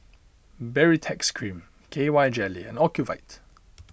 Baritex Cream K Y Jelly Ocuvite